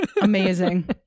amazing